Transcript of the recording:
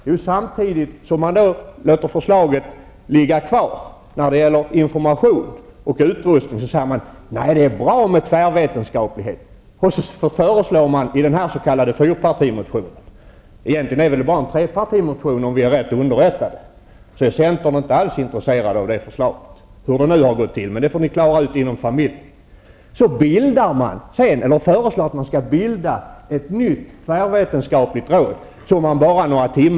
Samtidigt som förslaget får ligga kvar när det gäller information och utrustning, säger man att det är bra med tvärvetenskap. Sedan föreslår man i fyrpartimotionen ett nytt tvärvetenskapligt råd, som man några dagar tidigare inte ville höra talas om. Egentligen är det väl bara en trepartimotion, om vi är rätt underrättade. Centern är inte alls intresserad av förslaget. Hur nu det har gått till?